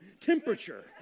temperature